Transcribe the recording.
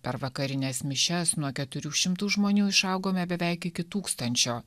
per vakarines mišias nuo keturių šimtų žmonių išaugome beveik iki tūkstančio